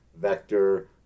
vector